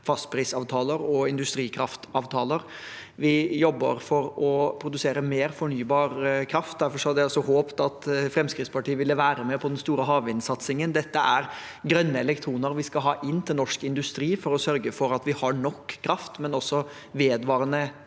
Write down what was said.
fastprisavtaler og industrikraftavtaler. Vi jobber for å produsere mer fornybar kraft, og derfor hadde jeg også håpet at Fremskrittspartiet ville være med på den store havvindsatsingen. Dette er grønne elektroner vi skal ha inn til norsk industri for å sørge for at vi har nok kraft, men også en vedvarende